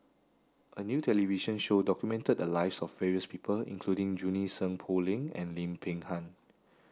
a new television show documented the lives of various people including Junie Sng Poh Leng and Lim Peng Han